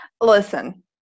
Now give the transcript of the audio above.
Listen